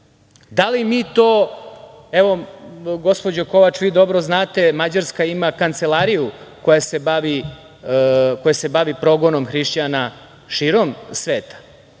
li mi to, evo gospođo Kovač, vi dobro znate, Mađarska ima kancelariju koja se bavi progonom hrišćana širom sveta.